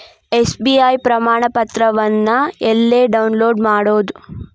SBI ಪ್ರಮಾಣಪತ್ರವನ್ನ ಎಲ್ಲೆ download ಮಾಡೊದು?